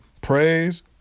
praise